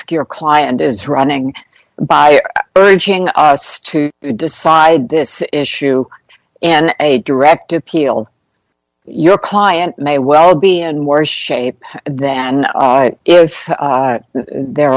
your client is running by urging us to decide this issue and a direct appeal your client may well be in worse shape than if there